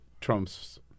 Trump's